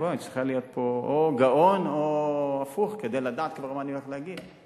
את צריכה להיות פה או גאון או הפוך כדי כבר לדעת מה אני הולך להגיד.